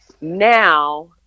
Now